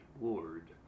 Lord